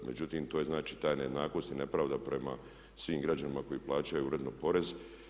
Međutim, to je znači ta nejednakost i nepravda prema svim građanima koji plaćaju uredno porez.